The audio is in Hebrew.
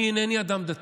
אני אינני אדם דתי.